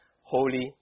holy